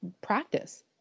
practice